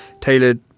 tailored